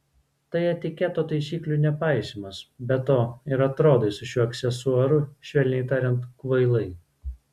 tai etiketo taisyklių nepaisymas be to ir atrodai su šiuo aksesuaru švelniai tariant kvailai